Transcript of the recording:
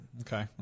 okay